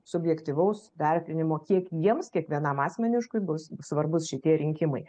subjektyvaus vertinimo kiek jiems kiekvienam asmeniškai bus svarbūs šitie rinkimai